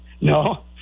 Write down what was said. No